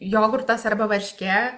jogurtas arba varškė